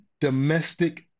domestic